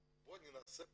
בוא ננסה באמת,